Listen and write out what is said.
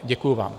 Děkuji vám.